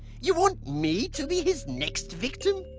you want me to be his next victim?